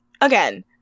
again